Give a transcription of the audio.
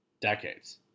decades